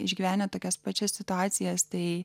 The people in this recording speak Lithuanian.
išgyvenę tokias pačias situacijas tai